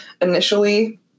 initially